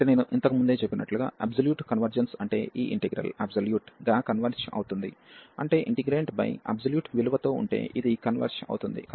కాబట్టి నేను ఇంతకు ముందే చెప్పినట్లుగా అబ్సొల్యూట్ కన్వర్జెన్స్ అంటే ఈ ఇంటిగ్రల్ అబ్సొల్యూట్ గా కన్వర్జ్ అవుతుంది అంటే ఇంటిగ్రేంట్పై అబ్సొల్యూట్ విలువతో ఉంటే ఇది కన్వర్జ్ అవుతుంది